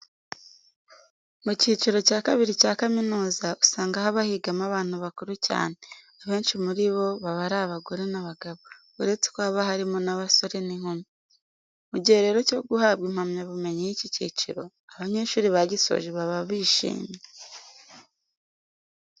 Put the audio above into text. Mu cyiciro cya kabiri cya kaminuza, usanga haba higamo abantu bakuru cyane, abenshi muri bo baba ari abagore n'abagabo. Uretse ko haba harimo n'abasore n'inkumi. Mu gihe rero cyo guhabwa impamyabumenyi y'iki cyiciro, abanyeshuri bagisoje baba bishimye.